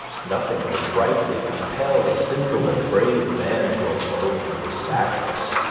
nothing can rightly compel a simple and brave man to a vulgar sadness.